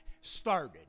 started